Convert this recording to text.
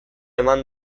eman